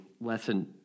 lesson